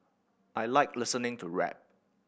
I like listening to rap